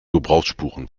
gebrauchsspuren